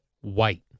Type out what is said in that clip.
white